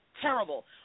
terrible